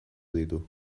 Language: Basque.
ditu